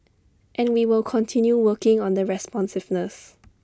and we will continue working on the responsiveness